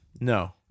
No